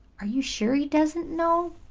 are you sure he doesn't know?